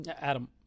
adam